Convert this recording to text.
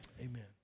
amen